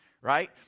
right